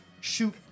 shoot